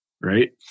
right